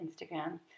Instagram